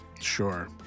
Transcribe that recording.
Sure